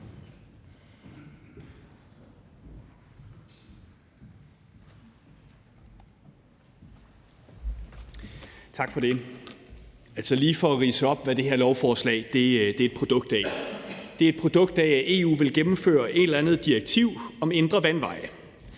Tak for det. Jeg vil lige ridse op, hvad det her lovforslag er et produkt af. Det er et produkt af, at EU vil gennemføre et eller andet direktiv om indre vandveje.